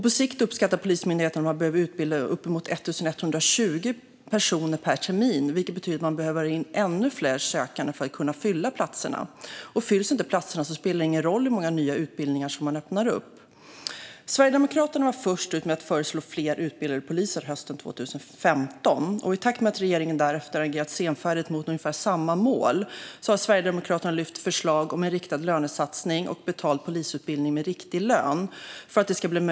På sikt uppskattar Polismyndigheten att man behöver utbilda uppemot 1 120 personer per termin, vilket betyder att man behöver ha ännu fler sökande för att kunna fylla platserna. Fylls inte platserna spelar det ingen roll hur många nya utbildningar som öppnas upp. Fru talman! Sverigedemokraterna var hösten 2015 först ut med att föreslå fler utbildade poliser. I takt med att regeringen därefter har agerat senfärdigt mot ungefär samma mål och för att det ska bli möjligt att nå målet har Sverigedemokraterna lyft fram förslag om en riktad lönesatsning och betald polisutbildning med riktig lön.